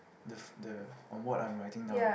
the the on what I'm writing now